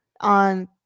on